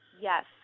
Yes